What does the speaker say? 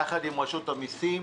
יחד עם רשות המיסים.